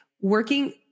working